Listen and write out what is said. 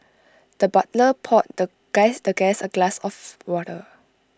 the butler poured the the guest A glass of water